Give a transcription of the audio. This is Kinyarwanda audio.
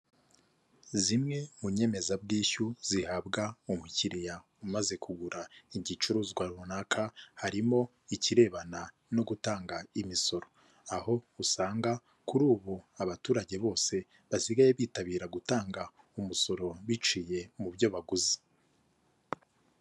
Zimwe mu nyemezabwishyu zihabwa umukiriya umaze kugura igicuruzwa runaka, harimo ikirebana no gutanga imisoro, aho usanga kuri ubu abaturage bose basigaye bitabira gutanga umusoro biciye mu byo baguze.